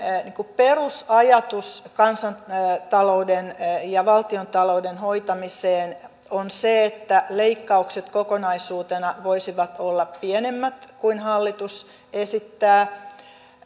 perusajatus kansantalouden ja valtiontalouden hoitamiseen on se että leikkaukset kokonaisuutena voisivat olla pienemmät kuin hallitus esittää